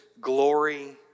glory